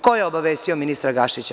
Ko je obavestio ministra Gašića?